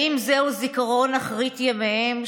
האם זהו זיכרון אחרית ימיהם,